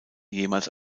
jemals